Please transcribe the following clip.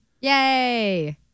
Yay